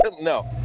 no